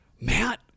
Matt